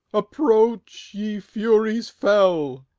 approach, ye furies fell.